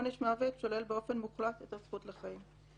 עונש מוות שולל באופן מוחלט את הזכות לחיים.